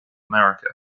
america